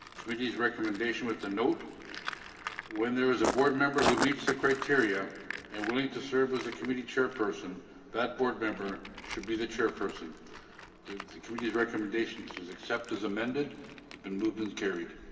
sweety's recommendation with the note when there is a board member who meets the criteria and will need to serve as a committee chairperson that board member should be the chairperson the committee's recommendations is accept as amended it's been moved and carried